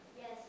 Yes